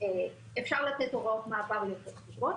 אפשר לתת הוראות מעבר יותר ארוכות